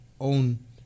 own